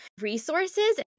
resources